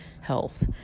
health